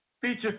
feature